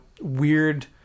weird